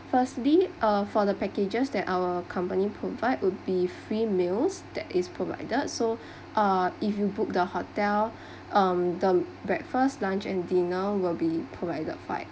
first be uh for the packages that our company provide would be free meals that is provided so ah if you book the hotel um the breakfast lunch and dinner will be provided by